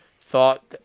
Thought